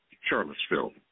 Charlottesville